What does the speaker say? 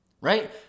Right